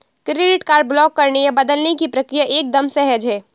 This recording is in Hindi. क्रेडिट कार्ड ब्लॉक करने या बदलने की प्रक्रिया एकदम सहज है